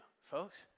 folks